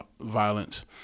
violence